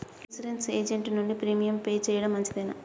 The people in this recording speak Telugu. ఇన్సూరెన్స్ ఏజెంట్ నుండి ప్రీమియం పే చేయడం మంచిదేనా?